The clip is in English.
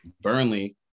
Burnley